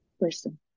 person